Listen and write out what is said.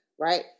Right